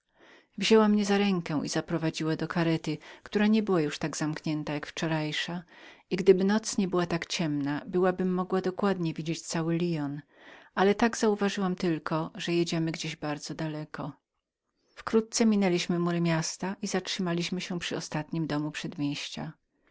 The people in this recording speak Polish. wzięła mnie za rękę i zaprowadziła do karety która nie była już tak zamkniętą jak wczorajsza i gdyby noc nie była tak ciemną byłabym mogła dokładnie widzieć cały lyon ale tak uważałam tylko że jesteśmy gdzieś bardzo daleko i wkrótce minęliśmy mury miasta zatrzymaliśmy się przy ostatnim domu przedmieścia